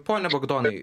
pone bagdonai